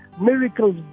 miracles